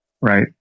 right